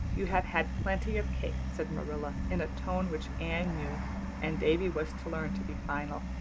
you have had plenty of cake, said marilla in a tone which anne knew and davy was to learn to be final.